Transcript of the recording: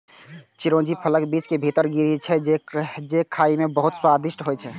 चिरौंजी फलक बीज के भीतर गिरी छियै, जे खाइ मे बहुत स्वादिष्ट होइ छै